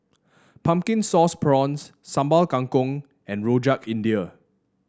Pumpkin Sauce Prawns Sambal Kangkong and Rojak India